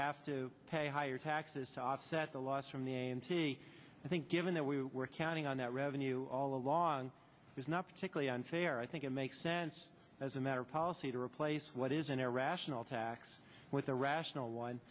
have to pay higher taxes to offset the loss from the sea i think given that we were counting on that revenue all along it was not particularly unfair i think it makes sense as a matter of policy to replace what is an irrational tax with a rational one